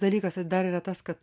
dalykas ir dar yra tas kad